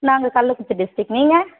நாங்கள் கள்ளக்குறிச்சி டிஸ்ட்ரிக்ட் நீங்கள்